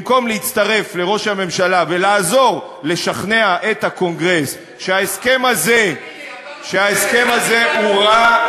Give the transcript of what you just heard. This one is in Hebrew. במקום להצטרף לראש הממשלה ולעזור לשכנע את הקונגרס שההסכם הזה הוא רע,